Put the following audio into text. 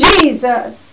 Jesus